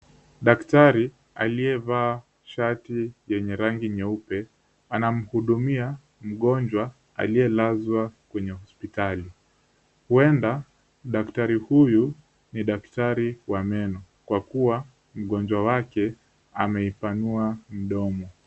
Daktari aliyevaa shati yenye rangi nyeupe, anamhudumia mgonjwa aliyelazwa kwenye hospitali. Huenda daktari huyu ni daktari wa meno kwa kuwa mgonjwa wake ameipanua mdomo.